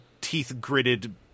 teeth-gritted